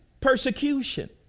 persecution